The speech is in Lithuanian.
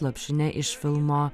lopšinė iš filmo